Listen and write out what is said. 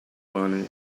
wanted